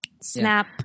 snap